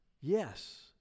yes